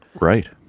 Right